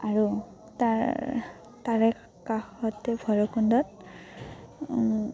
আৰু তাৰ তাৰে কাষতে ভৈৰৱকুণ্ডত